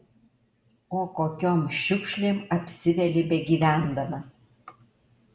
o kokiom šiukšlėm apsiveli begyvendamas